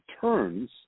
turns